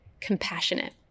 Compassionate